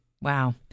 Wow